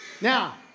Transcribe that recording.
Now